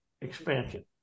expansion